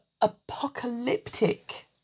apocalyptic